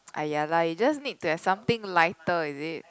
ah ya lah you just need to have something lighter is it